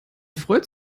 freut